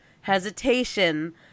hesitation